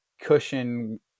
cushion